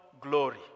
glory